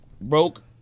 broke